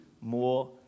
more